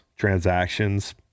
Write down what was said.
transactions